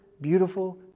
beautiful